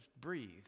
breathe